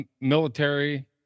military